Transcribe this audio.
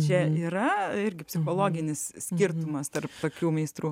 čia nėra irgi psichologinis skirtumas tarp tokių meistrų